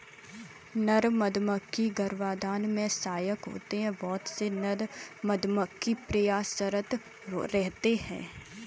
नर मधुमक्खी गर्भाधान में सहायक होते हैं बहुत से नर मधुमक्खी प्रयासरत रहते हैं